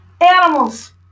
Animals